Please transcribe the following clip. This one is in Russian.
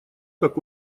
как